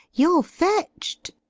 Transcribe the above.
you're fetched!